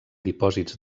dipòsits